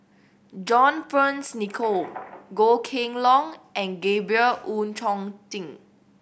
John Fearns Nicoll Goh Kheng Long and Gabriel Oon Chong Jin